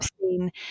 seen